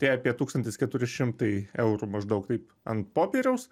tai apie tūkstantis keturi šimtai eurų maždaug taip ant popieriaus